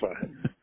fine